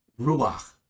Ruach